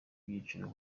byiciro